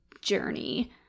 journey